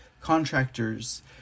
contractor's